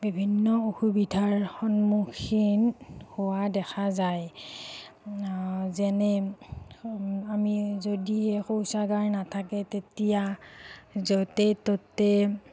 বিভিন্ন অসুবিধাৰ সন্মুখীন হোৱা দেখা যায় যেনে আমি যদি শৌচাগাৰ নাথাকে তেতিয়া য'তে ত'তে